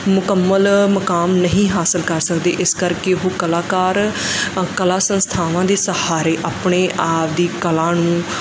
ਮੁਕੰਮਲ ਮੁਕਾਮ ਨਹੀਂ ਹਾਸਲ ਕਰ ਸਕਦੇ ਇਸ ਕਰਕੇ ਉਹ ਕਲਾਕਾਰ ਕਲਾ ਸੰਸਥਾਵਾਂ ਦੇ ਸਹਾਰੇ ਆਪਣੇ ਆਪ ਦੀ ਕਲਾ ਨੂੰ